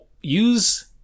use